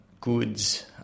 goods